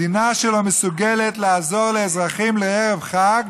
מדינה שלא מסוגלת לעזור לאזרחים בערב חג,